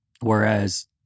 Whereas